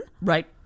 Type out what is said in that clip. Right